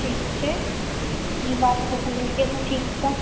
ठीक छै ई बात तऽ समझि गेलहुँ ठीकसँ